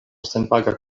senpaga